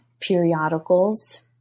periodicals